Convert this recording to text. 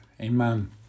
Amen